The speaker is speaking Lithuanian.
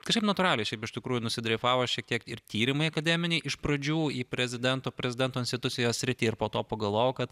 kažkaip natūraliai šiaip iš tikrųjų nudreifavo šiek tiek ir tyrimai akademiniai iš pradžių į prezidento prezidento institucijos sritį ir po to pagalvojau kad